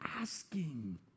asking